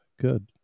good